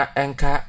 enka